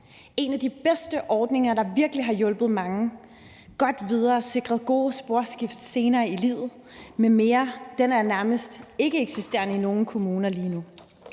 En af de bedste ordninger, der virkelig har hjulpet mange godt videre og sikret gode sporskifter senere i livet m.m., er nærmest ikkeeksisterende i nogle kommuner lige nu.